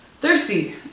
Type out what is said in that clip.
thirsty